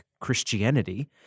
Christianity